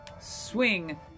swing